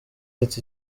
ati